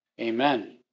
Amen